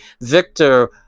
Victor